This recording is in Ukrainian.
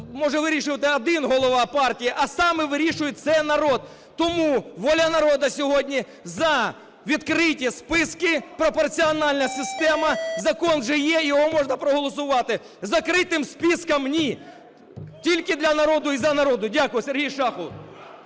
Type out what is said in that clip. може вирішувати один голова партії, а саме вирішує це народ. Тому "Воля народу" сьогодні за відкриті списки, пропорціональна система, закон вже є, його вже можна проголосувати. Закритим спискам - ні, тільки для народу і за народ. Дякую. Сергій Шахов.